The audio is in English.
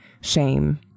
shame